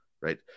right